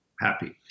happy